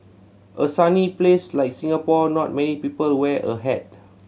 a sunny place like Singapore not many people wear a hat